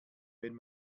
wenn